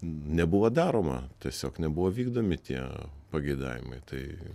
nebuvo daroma tiesiog nebuvo vykdomi tie pageidavimai tai